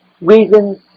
reasons